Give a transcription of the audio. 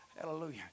Hallelujah